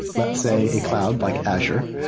let's say a cloud, like azure,